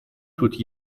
тут